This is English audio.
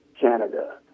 Canada